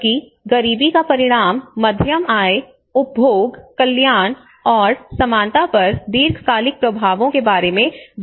जबकि गरीबी का परिणाम मध्यम आय उपभोग कल्याण और समानता पर दीर्घकालिक प्रभावों बारे में बात करता है